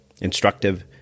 instructive